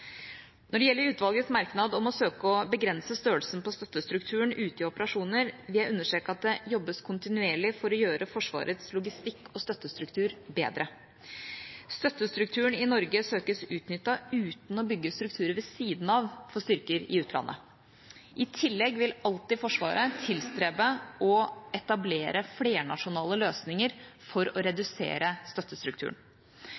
Når det gjelder utvalgets merknad om å søke å begrense størrelsen på støttestrukturen ute i operasjoner, vil jeg understreke at det jobbes kontinuerlig for å gjøre Forsvarets logistikk- og støttestruktur bedre. Støttestrukturen i Norge søkes utnyttet, uten å bygge strukturer ved siden av for styrker i utlandet. I tillegg vil alltid Forsvaret tilstrebe å etablere flernasjonale løsninger for å